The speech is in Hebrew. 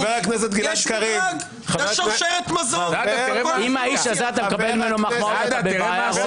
רוטמן, אם אתה מקבל מחמאות מהאיש הזה, אתה בבעיה.